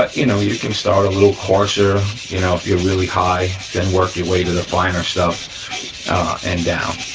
ah you know, you can start a little coarser you know if you're really high, then work your way to the finer stuff and down,